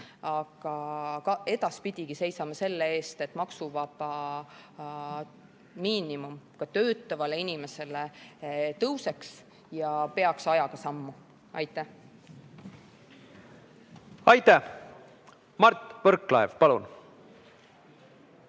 edaspidigi selle eest, et maksuvaba miinimum ka töötavale inimesele tõuseks ja peaks ajaga sammu. Aitäh! Aitäh! Mart Võrklaev, palun!